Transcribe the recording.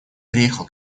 приехал